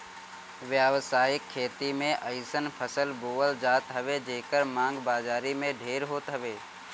व्यावसायिक खेती में अइसन फसल बोअल जात हवे जेकर मांग बाजारी में ढेर होत हवे